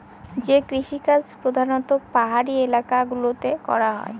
যে কৃষিকাজ প্রধানত পাহাড়ি এলাকা গুলোতে করা হয়